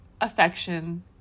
affection